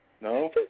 No